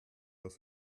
das